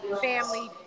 family